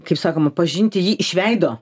kaip sakoma pažinti jį iš veido